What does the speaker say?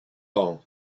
all